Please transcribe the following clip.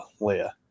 Leia